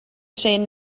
trên